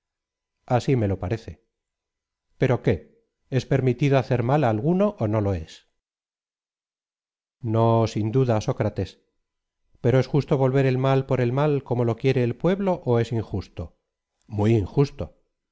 así me lo parece pero qué es permitido hacer mal á alguno ó nó lo es crlton nó sin duda sócrates pero es justo volver el mal por el mal como lo quiere el pueblo ó es injusto muy injusto